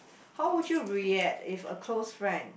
how would you react if a close friend